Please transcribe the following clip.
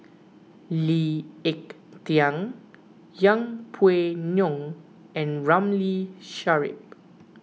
Lee Ek Tieng Yeng Pway Ngon and Ramli Sarip